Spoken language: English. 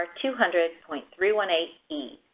ah two hundred point three one eight e.